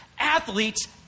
Athletes